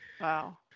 Wow